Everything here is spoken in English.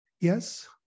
Yes